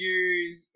use